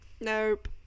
nope